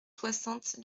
soixante